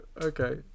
Okay